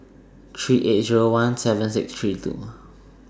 three eight Zero one seven six three two